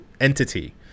entity